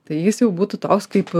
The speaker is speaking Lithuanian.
tai jis jau būtų toks kaip